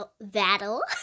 battle